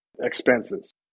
expenses